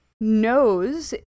knows